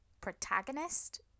protagonist